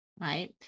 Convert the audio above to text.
right